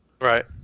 Right